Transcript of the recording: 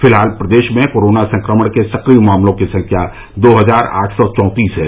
फिलहाल प्रदेश में कोरोना संक्रमण के सक्रिय मामलों की संख्या दो हजार आठ सौ चौंतीस है